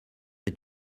est